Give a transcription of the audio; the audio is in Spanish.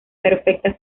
perfecta